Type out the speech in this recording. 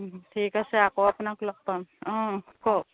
ঠিক আছে আকৌ আপোনাক লগ পাম অঁ কওক